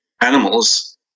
animals